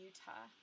Utah